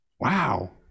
Wow